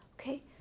Okay